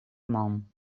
man